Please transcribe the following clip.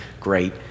great